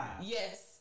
Yes